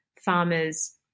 farmers